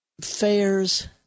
fairs